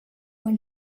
when